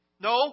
No